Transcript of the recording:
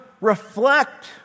reflect